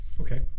Okay